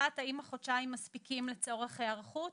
אחת, האם החודשיים מספיקים לצורך היערכות.